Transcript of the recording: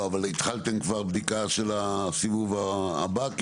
לא, אבל התחלתם כבר בדיקה של הסיבוב הבא?